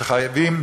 שחייבים,